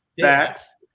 facts